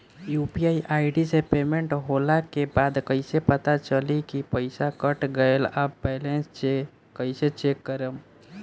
UPI ID से payment होला के बाद कइसे पता चली की पईसा कट गएल आ बैलेंस कइसे चेक करम?